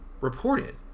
reported